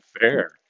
fair